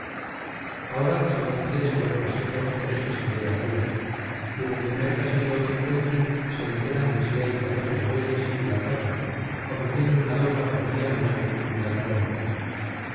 ahora se van ustedes a buen pasito por este sendero arriba y en el primer caserío que encuentren se enteran de si hay pareja de bueyes y la tratan ofreciendo una dobla por media noche y me la traen aquí